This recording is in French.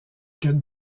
que